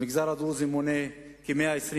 המגזר הדרוזי מונה כ-120,000,